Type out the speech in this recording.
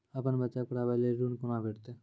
अपन बच्चा के पढाबै के लेल ऋण कुना भेंटते?